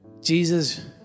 Jesus